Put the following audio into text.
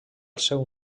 seu